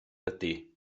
ydy